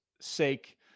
sake